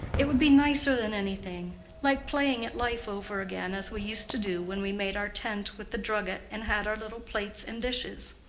it would be nicer than anything like playing at life over again, as we used to do when we made our tent with the drugget, and had our little plates and dishes.